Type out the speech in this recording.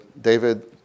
David